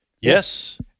Yes